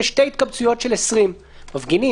שתי התקבצויות של 20 אנשים מפגינים,